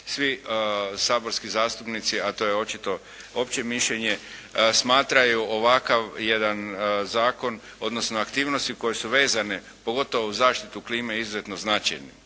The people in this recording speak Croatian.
svi saborski zastupnici a to je očito opće mišljenje, smatraju ovakav jedan zakon odnosno aktivnosti koje su vezane pogotovo u zaštitu klime izuzetno značajnim.